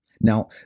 Now